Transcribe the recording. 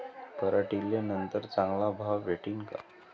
पराटीले नंतर चांगला भाव भेटीन का?